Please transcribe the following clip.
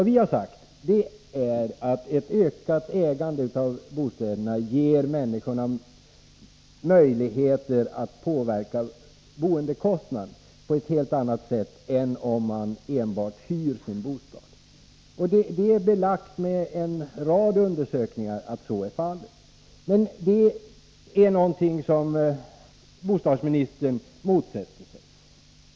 Vi har sagt att ett ökat ägande av bostäderna ger människorna möjligheter att påverka boendekostnaderna på ett helt annat sätt än om de enbart hyr sin bostad. Att så är fallet är belagt i en mängd undersökningar. Men detta är någonting som bostadsministern motsätter sig.